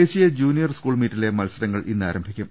ദേശീയ junior school മീറ്റിലെ മത്സരങ്ങൾ ഇന്ന് ആരംഭി ക്കും